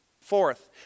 Fourth